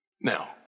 Now